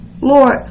Lord